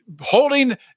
holding